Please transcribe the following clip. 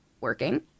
working